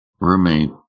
roommate